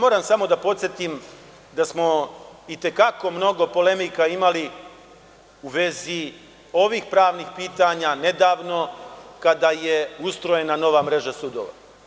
Moram samo da podsetim da smo i te kako mnogo polemika imali u vezi ovih pravnih pitanja nedavno kada je ustrojena nova mreža sudova.